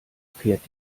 fährt